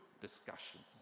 discussions